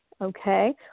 Okay